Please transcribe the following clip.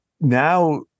now